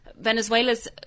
Venezuela's